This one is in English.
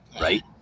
Right